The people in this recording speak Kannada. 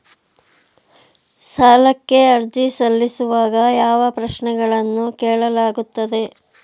ಸಾಲಕ್ಕೆ ಅರ್ಜಿ ಸಲ್ಲಿಸುವಾಗ ಯಾವ ಪ್ರಶ್ನೆಗಳನ್ನು ಕೇಳಲಾಗುತ್ತದೆ?